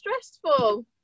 stressful